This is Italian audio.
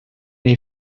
nei